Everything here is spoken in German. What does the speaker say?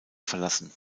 verlassen